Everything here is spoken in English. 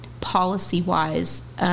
policy-wise